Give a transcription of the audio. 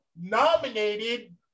nominated